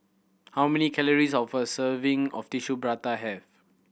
how many calories of a serving of Tissue Prata have